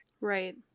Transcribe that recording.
Right